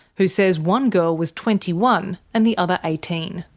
who says one girl was twenty one, and the other eighteen.